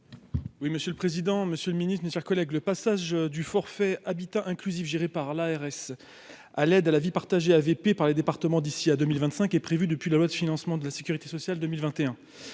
Oui, monsieur le président, Monsieur le Ministre, mes chers collègues, le passage du forfait habitat inclusif géré par l'ARS à l'aide à la vie partagée VP par les départements d'ici à 2025 est prévu depuis la loi de financement de la Sécurité sociale 2021,